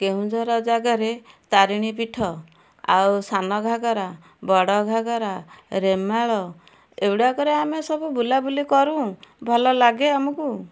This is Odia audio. କେଉଁଝର ଜାଗାରେ ତାରିଣୀ ପୀଠ ଆଉ ସାନ ଘାଗରା ବଡ଼ ଘାଗରା ରେମାଳ ଏଗୁଡ଼ାକରେ ଆମେ ସବୁ ବୁଲାବୁଲି କରୁ ଭଲଲାଗେ ଆମକୁ